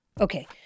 Okay